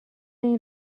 این